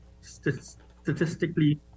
statistically